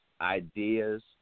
ideas